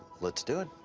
let's do it.